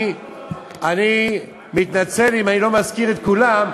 אני באמת מתנצל אם אני לא מזכיר את כולם,